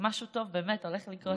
משהו טוב באמת הולך לקרות לי.